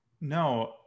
no